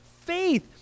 faith